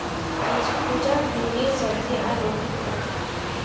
अईज पुजा भिंडीर सब्जी आर रोटी खा ले